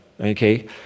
okay